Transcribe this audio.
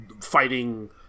fighting